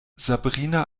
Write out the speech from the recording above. sabrina